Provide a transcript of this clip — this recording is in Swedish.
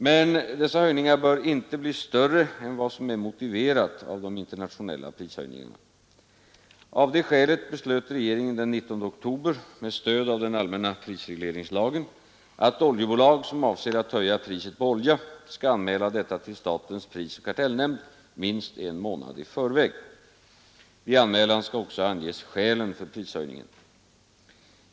Men dessa höjningar bör inte bli större än vad som är motiverat av de internationella prishöjningarna. Av det skälet beslöt regeringen den 19 oktober med stöd av den allmänna prisregleringslagen, att oljebolag som avser att höja priset på olja skall anmäla detta till statens prisoch kartellnämnd minst en månad i förväg. Vid anmälan skall också anges skälen för prishöjningen.